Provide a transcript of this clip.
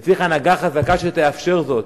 וצריך הנהגה חזקה שתאפשר זאת.